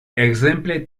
ekzemple